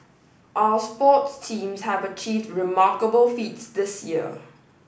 our sports teams have achieved remarkable feats this year